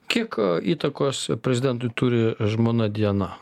kiek įtakos prezidentui turi žmona diana